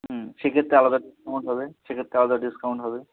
হুম সে ক্ষেত্রে আলাদা ডিসকাউন্ট হবে সে ক্ষেত্রে আলাদা ডিসকাউন্ট হবে